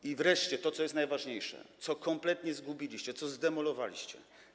I wreszcie to, co jest najważniejsze, co kompletnie zgubiliście, co zdemolowaliście.